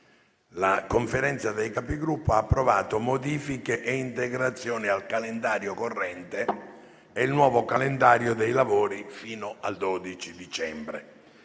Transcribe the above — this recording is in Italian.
la Conferenza dei Capigruppo ha approvato modifiche e integrazioni al calendario corrente e il nuovo calendario dei lavori fino al 12 dicembre.